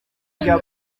rya